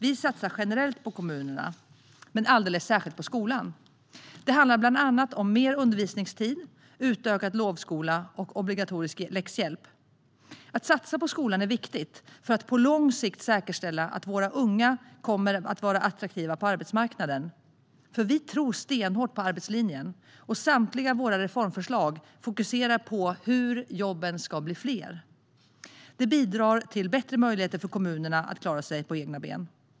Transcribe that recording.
Vi satsar generellt på kommunerna men alldeles särskilt på skolan. Det handlar bland annat om mer undervisningstid, utökad lovskola och obligatorisk läxhjälp. Att satsa på skolan är viktigt för att på lång sikt säkerställa att våra unga kommer att vara attraktiva på arbetsmarknaden. Vi tror stenhårt på arbetslinjen, och samtliga våra reformförslag fokuserar på hur jobben ska bli fler. Det bidrar till bättre möjligheter för kommunerna att stå på egna ben.